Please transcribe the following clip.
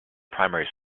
primary